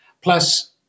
Plus